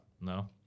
No